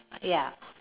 ya